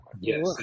Yes